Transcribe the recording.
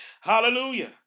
Hallelujah